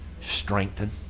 strengthen